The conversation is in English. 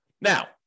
Now